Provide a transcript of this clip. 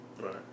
Right